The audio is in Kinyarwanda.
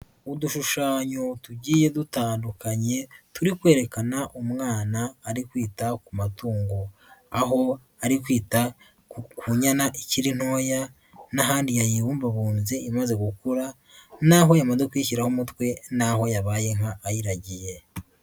Udushushanyo tugiye dutandukanye turi kwerekana umwana ari kwita ku matungo, aho ari kwita ku nyana ikiri ntoya n'ahandi yayibumbabubye imaze gukura, n'aho yamaze kuyishyiraho umutwe, n'aho yabaye inka ayiragiye.